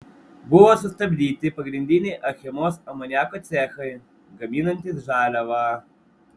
buvo sustabdyti pagrindiniai achemos amoniako cechai gaminantys žaliavą